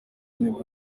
nibwo